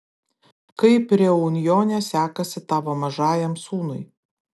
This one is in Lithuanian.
kaip reunjone sekasi tavo mažajam sūnui